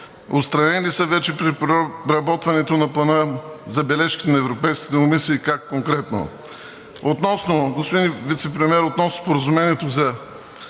отстранени ли са вече при преработването на Плана забележките на Европейската комисия и как конкретно. Господин Вицепремиер, относно Споразумението за